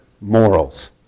morals